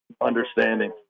understanding